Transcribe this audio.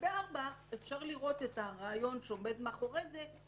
בארבע שנים אפשר לראות את הרעיון שעומד מאחורי זה,